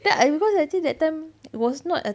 then I because actually that time was not a